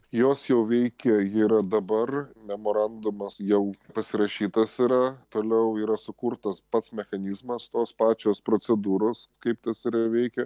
jos jau veikia ji yra dabar memorandumas jau pasirašytas yra toliau yra sukurtas pats mechanizmas tos pačios procedūros kaip tas ir veikia